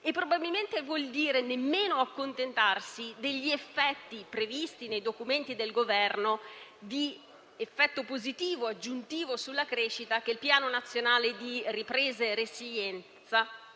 probabilmente nemmeno accontentarsi degli effetti previsti nei documenti del Governo, cioè dell'effetto positivo aggiuntivo sulla crescita che il Piano nazionale di ripresa e resilienza